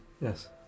Yes